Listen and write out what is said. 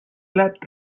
plat